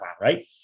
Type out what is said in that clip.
right